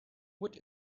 what